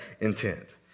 intent